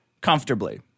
comfortably